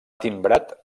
timbrat